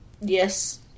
Yes